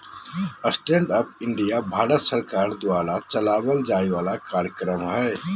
stand up India Bharat सरकार द्वारा चलावल जाय वाला कार्यक्रम हय